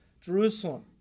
Jerusalem